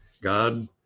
God